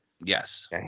Yes